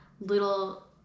little